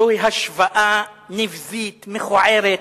זו השוואה נבזית, מכוערת,